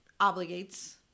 obligates